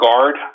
guard